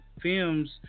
films